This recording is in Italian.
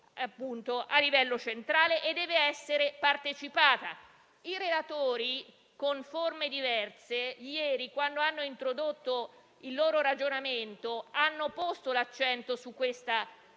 a livello centrale e deve essere partecipata. I relatori, con forme diverse, quando ieri hanno introdotto il loro ragionamento, hanno posto l'accento su questa